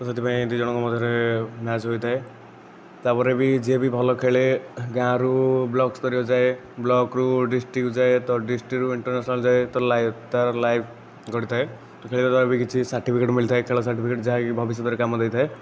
ତ ସେଥିପାଇଁ ଦୁଇ ଜଣଙ୍କ ମଧ୍ୟରେ ମ୍ୟାଚ୍ ହୋଇଥାଏ ତାପରେ ବି ଯିଏ ବି ଭଲ ଖେଳେ ଗାଁରୁ ବ୍ଲକସ୍ତରୀୟ ଯାଏ ବ୍ଳକରୁ ଡିଷ୍ଟ୍ରିକ୍ଟକୁ ଯାଏ ତ ଡିଷ୍ଟ୍ରିକ୍ଟରୁ ଇଣ୍ଟେରନେଶନାଲ ଯାଏ ତାର ଲାଇଫ ଗଢ଼ିଥାଏ ଖେଳିବାରୁ କିଛି ସାର୍ଟିଫିକେଟ ବି ମିଳିଥାଏ ଖେଳ ସାର୍ଟିଫିକେଟ ଯାହାକି ଭବିଷ୍ୟତରେ କାମ ଦେଇଥାଏ